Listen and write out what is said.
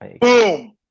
boom